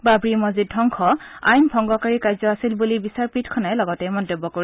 বাবৰি মছজিদ ধবংস আইন ভংগকাৰী কাৰ্য আছিল বুলি বিচাৰপীঠখনে লগতে মন্তব্য কৰে